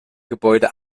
gebäude